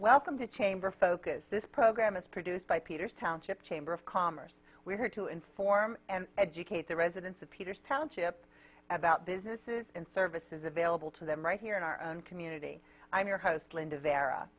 welcome to chamber focus this program is produced by peters township chamber of commerce we are here to inform and educate the residents of peter's township about businesses and services available to them right here in our own community i'm your host linda vera